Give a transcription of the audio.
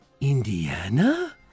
Indiana